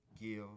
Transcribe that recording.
give